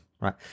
right